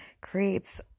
creates